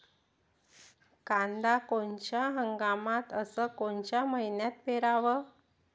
कांद्या कोनच्या हंगामात अस कोनच्या मईन्यात पेरावं?